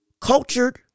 Cultured